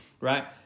right